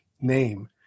name